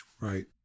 Right